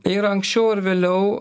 ir anksčiau ar vėliau